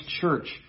church